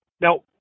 Now